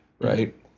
right